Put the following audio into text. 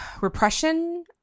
repression